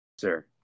sir